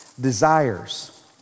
desires